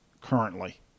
currently